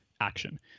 action